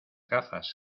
gafas